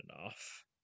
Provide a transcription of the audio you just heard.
enough